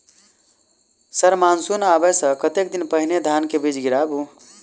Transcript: Sir monsoon आबै सऽ कतेक दिन पहिने धान केँ बीज गिराबू?